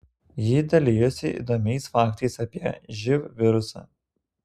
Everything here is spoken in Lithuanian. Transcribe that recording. ji dalijosi įdomiais faktais apie živ virusą